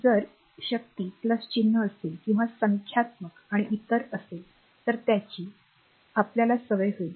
जर शक्ती चिन्ह असेल किंवा संख्यात्मक आणि इतर असेल तर याची आपल्याला सवय होईल